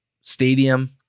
stadium